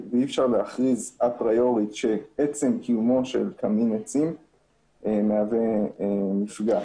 ואי אפשר להכריז אפריורית שעצם קיומו של קמין עצים מהווה מפגע.